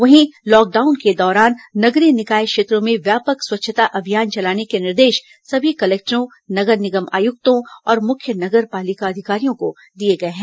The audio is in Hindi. वहीं लॉकडाउन के दौरान नगरीय निकाय क्षेत्रों में व्यापक स्वच्छता अभियान चलाने के निर्देश सभी कलेक्टरों नगर निगम आयुक्तों और मुख्य नगर पालिका अधिकारियों को दिए गए हैं